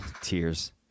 tears